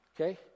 Okay